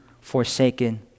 forsaken